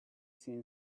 seen